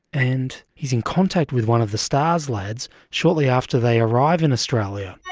and he's in contact with one of the stars lads shortly after they arrive in australia.